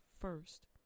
first